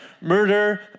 Murder